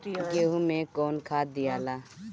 गेहूं मे कौन खाद दियाला?